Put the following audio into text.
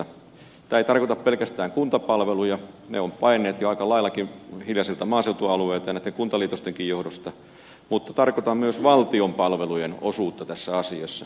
tämä ei tarkoita pelkästään kuntapalveluja ne ovat paenneet jo aika laillakin hiljaisilta maaseutualueilta ja näitten kuntaliitostenkin johdosta mutta tarkoitan myös valtion palvelujen osuutta tässä asiassa